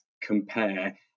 compare